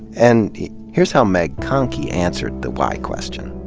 and here's how meg conkey answered the why question.